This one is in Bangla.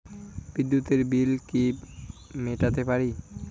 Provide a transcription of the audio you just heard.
বিদ্যুতের বিল কি মেটাতে পারি?